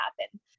happen